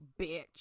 bitch